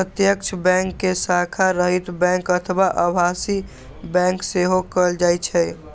प्रत्यक्ष बैंक कें शाखा रहित बैंक अथवा आभासी बैंक सेहो कहल जाइ छै